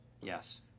Yes